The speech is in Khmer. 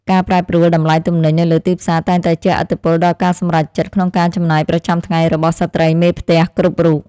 ការប្រែប្រួលតម្លៃទំនិញនៅលើទីផ្សារតែងតែជះឥទ្ធិពលដល់ការសម្រេចចិត្តក្នុងការចំណាយប្រចាំថ្ងៃរបស់ស្ត្រីមេផ្ទះគ្រប់រូប។